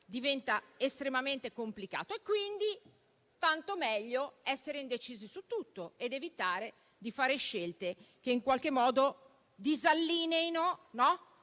diventa estremamente complicato. Quindi, tanto meglio essere indecisi su tutto ed evitare di fare scelte che in qualche modo disallineino